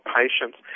patients